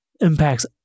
impacts